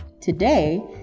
Today